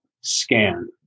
scan